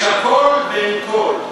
יש הכול ואין כול.